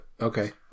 Okay